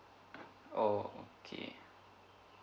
oh okay